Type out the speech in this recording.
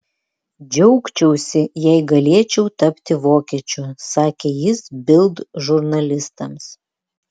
džiaugčiausi jei galėčiau tapti vokiečiu sakė jis bild žurnalistams